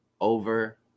Over